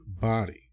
body